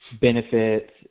benefits